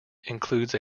includes